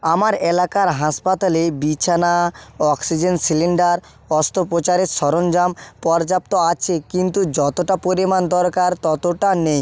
আমার এলাকার হাসপাতালে বিছানা অক্সিজেন সিলিণ্ডার অস্ত্রোপচারের সরঞ্জাম পর্যাপ্ত আছে কিন্তু যতটা পরিমাণ দরকার ততটা নেই